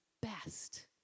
best